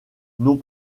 non